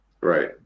Right